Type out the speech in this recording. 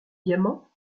diamant